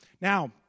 Now